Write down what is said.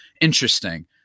interesting